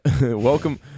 welcome